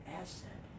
asset